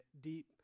deep